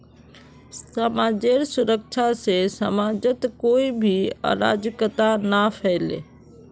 समाजेर सुरक्षा से समाजत कोई भी अराजकता ना फैले